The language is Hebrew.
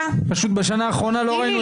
פשוט בשנה האחרונה לא ראינו את אותן זכויות.